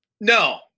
no